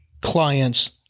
clients